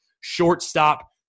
shortstop